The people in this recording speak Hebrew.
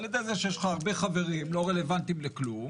על ידי זה שיש לך הרבה חברים לא רלוונטיים לכלום.